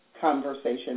conversation